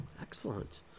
Excellent